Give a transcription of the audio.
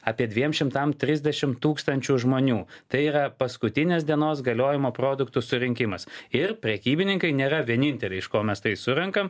apie dviem šimtam trisdešimt tūkstančių žmonių tai yra paskutinės dienos galiojimo produktų surinkimas ir prekybininkai nėra vieninteliai iš ko mes tai surenkam